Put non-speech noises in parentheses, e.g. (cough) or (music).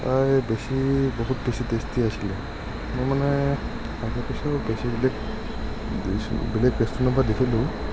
তাৰে বেছি বহুত বেছি টেষ্টি আছিলে মই মানে (unintelligible) বেছি বুলিয়ে বেলেগ ৰেষ্টুৰেণ্টৰ পৰা দেখিলোঁ